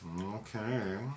Okay